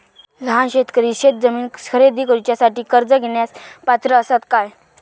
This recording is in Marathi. लहान शेतकरी शेतजमीन खरेदी करुच्यासाठी कर्ज घेण्यास पात्र असात काय?